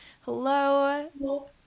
hello